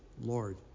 Lord